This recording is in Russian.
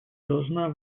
должна